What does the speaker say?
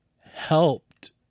helped